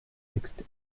texte